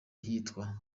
ahitwa